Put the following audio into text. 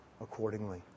accordingly